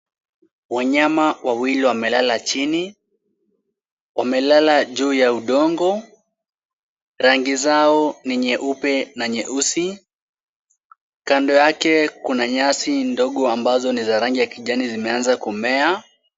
Wanyama wawili wamelala chini. Wamelala juu ya udongo, rangi yao ni nyeupe na nyeusi. Kando yao kuna nyasi ndogo ambayo ni ya rangi ya kijani ambayo imeanza kumea.